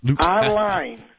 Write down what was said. online